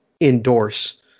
endorse